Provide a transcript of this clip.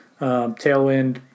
Tailwind